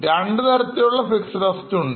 രണ്ടു തരത്തിലുള്ള fixed Assets ഉണ്ട്